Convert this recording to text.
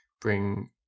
bring